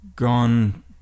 gone